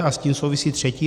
A s tím souvisí třetí.